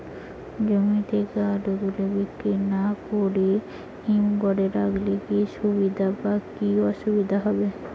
জমি থেকে আলু তুলে বিক্রি না করে হিমঘরে রাখলে কী সুবিধা বা কী অসুবিধা হবে?